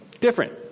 Different